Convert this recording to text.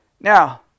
Now